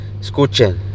escuchen